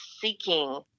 seeking